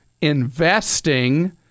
investing